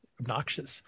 obnoxious